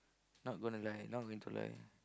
not gonna lie not going to lie